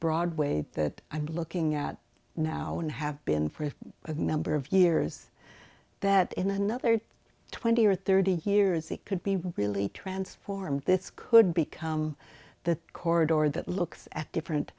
broadway that i'm looking at now and have been for a member of years that in another twenty or thirty years it could be really transformed this could become the corridor that looks at different